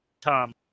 Tom